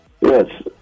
Yes